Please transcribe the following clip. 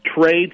trade